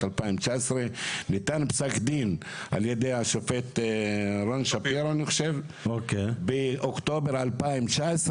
2019. ניתן פסק דין על ידי השופט רון שפירא באוקטובר 2019,